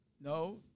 no